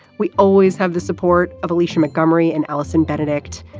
we always have the support of alicia montgomery and alison benedict.